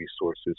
resources